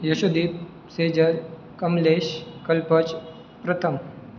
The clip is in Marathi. यशोदीप सेजल कमलेश कल्पज प्रथम